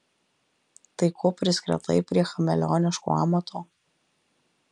tai ko priskretai prie chameleoniško amato